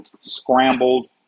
scrambled